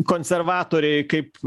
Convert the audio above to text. konservatoriai kaip